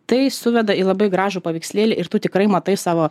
tai suveda į labai gražų paveikslėlį ir tu tikrai matai savo